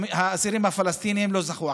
האסירים הפלסטינים לא זכו לכך.